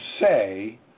say